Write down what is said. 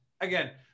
again